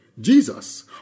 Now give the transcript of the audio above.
Jesus